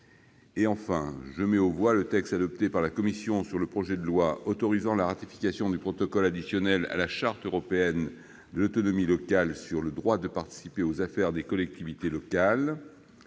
texte. Je mets aux voix le texte adopté par la commission sur le projet de loi autorisant la ratification du protocole additionnel à la Charte européenne de l'autonomie locale sur le droit de participer aux affaires des collectivités locales